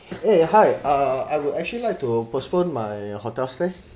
eh hi uh I would actually like to postpone my hotel stay